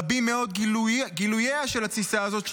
רבים מאוד גילוייה של התסיסה הזאת,